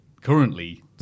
currently